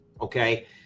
okay